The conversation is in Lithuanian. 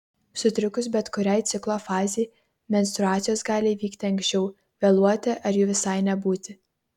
sutrikus bet kuriai ciklo fazei menstruacijos gali įvykti anksčiau vėluoti ar jų visai nebūti